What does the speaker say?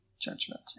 Judgment